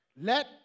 Let